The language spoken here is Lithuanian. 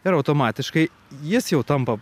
ir automatiškai jis jau tampa